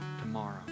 tomorrow